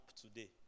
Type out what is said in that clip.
today